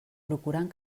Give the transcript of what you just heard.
procurant